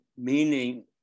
meaning